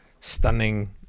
stunning